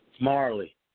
Marley